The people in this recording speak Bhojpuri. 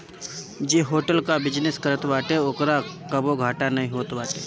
जे होटल कअ बिजनेस करत बाटे ओकरा कबो घाटा नाइ होत बाटे